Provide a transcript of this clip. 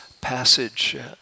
passage